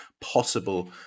possible